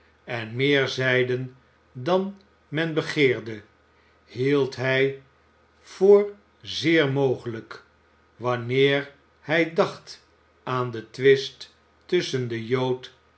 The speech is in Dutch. en meer zeiden dan men begeerde hield hij voor zeer mogelijk wanneer hij dacht aan den twist tusschen den jood